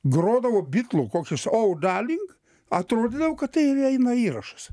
grodavo bitlų kokius ou daling atrodydavo kad tai eina įrašas